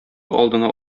алдына